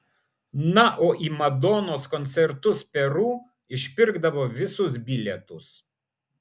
na o į madonos koncertus peru išpirkdavo visus bilietus